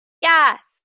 Yes